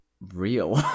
real